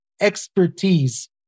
expertise